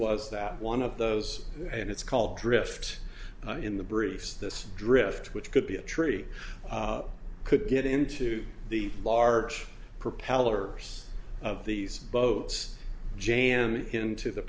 was that one of those and it's called drift in the briefs this drift which could be a tree could get into the large propellers of these boats jammed into the